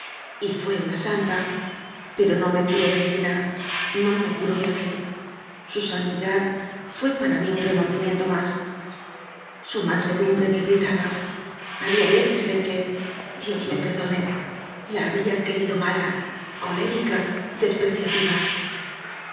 santidad y fué una santa pero no me curó de helena no me curó de abel su santidad fué para mí un remordimiento más su mansedumbre me irritaba había veces en que dios me perdone la habría querido mala colérica despreciativa